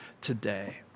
today